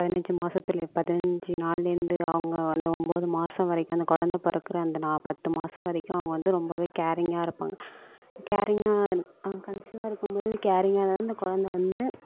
பதினஞ்சு மாசத்தில் பதினஞ்சு நாள்லேருந்து அவங்க அந்த ஒம்போது மாதம் வரைக்கும் அந்த கொழந்தை பிறக்குற அந்த பத்து மாதம் வரைக்கும் அவங்க வந்து ரொம்ப கேரிங்காக இருப்பாங்க கேரிங்காக அவங்க கன்சீவாக இருக்கும் போது கேரிங்காக இருந்தால் தான் அந்த கொழந்தை வந்து